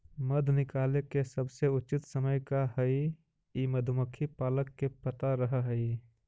मध निकाले के सबसे उचित समय का हई ई मधुमक्खी पालक के पता रह हई